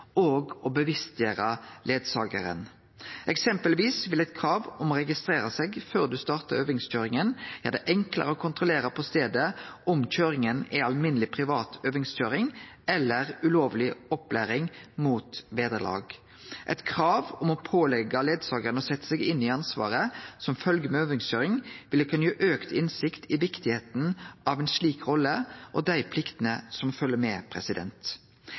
Eksempelvis vil eit krav om å registrere seg før ein startar øvingskøyringa, gjere det enklare å kontrollere på staden om køyringa er alminneleg privat øvingskøyring eller ulovleg opplæring mot vederlag. Eit krav om å påleggje rettleiaren å setje seg inn i ansvaret som følgjer med øvingskøyring, vil kunne gi auka innsikt i viktigheita av ei slik rolle og dei pliktene som følgjer med.